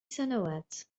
سنوات